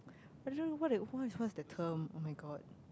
I don't know what it what's what's that term oh-my-God